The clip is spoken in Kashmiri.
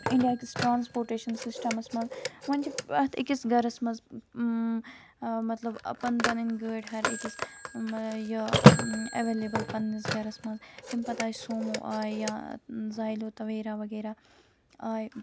اِنڈیا کِس ٹرانَسپوٹَیٚشَن سِسٹَمَس مَنٛز وۄنۍ چھِ پرٛٮ۪تھ أکِس گَرَس مَنٛز مطلب پَنٕنۍ پَنٕنۍ گٲڑۍ ہَر أکِس یہِ ایویلیبٕل پَننِس گَرَس مَنز تَمہِ پَتہٕ آیہِ سومو آیہِ یا زایلو تَویرا وغیرہ آیہِ